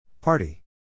Party